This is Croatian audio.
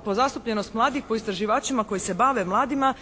podzastupljenost mladih po istraživačima koji se bave mladima,